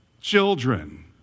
children